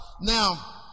Now